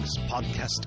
podcast